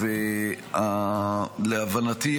להבנתי,